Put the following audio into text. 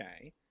okay